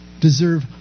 deserve